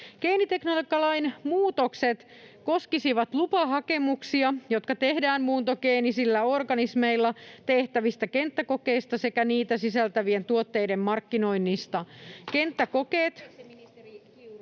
Geenitekniikkalain muutokset koskisivat lupahakemuksia, jotka tehdään muuntogeenisillä organismeilla tehtävistä kenttäkokeista sekä niitä sisältävien tuotteiden markkinoinnista.